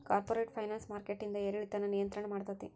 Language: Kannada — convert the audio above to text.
ಕಾರ್ಪೊರೇಟ್ ಫೈನಾನ್ಸ್ ಮಾರ್ಕೆಟಿಂದ್ ಏರಿಳಿತಾನ ನಿಯಂತ್ರಣ ಮಾಡ್ತೇತಿ